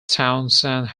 townsend